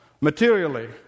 materially